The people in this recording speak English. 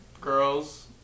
girls